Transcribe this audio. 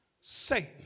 Satan